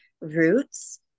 roots